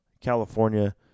California